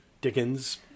Dickens